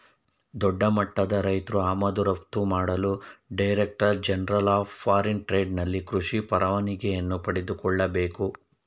ದೊಡ್ಡಮಟ್ಟದ ರೈತ್ರು ಆಮದು ರಫ್ತು ಮಾಡಲು director general of foreign trade ನಲ್ಲಿ ಕೃಷಿ ಪರವಾನಿಗೆಯನ್ನು ಪಡೆದುಕೊಳ್ಳಬೇಕು